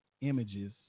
images